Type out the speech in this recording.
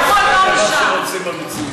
מה שרוצים המציעים.